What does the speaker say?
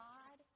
God